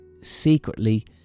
secretly